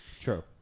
True